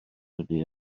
dydy